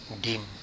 dim